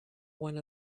one